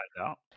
out